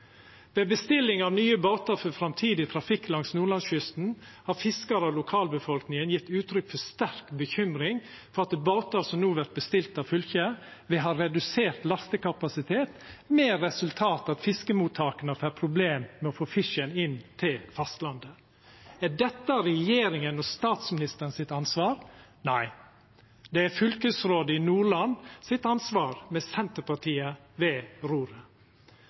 Ved bestilling av nye båtar for framtidig trafikk langs nordlandskysten har fiskarar og lokalbefolkninga gjeve uttrykk for sterk bekymring for at båtar som no vert bestilte av fylket, vil ha redusert lastekapasitet, med det resultatet at fiskemottaka får problem med å få fisken inn til fastlandet. Er dette ansvaret til regjeringa og statsministeren? Nei, det er ansvaret til fylkesrådet i Nordland, med Senterpartiet ved roret.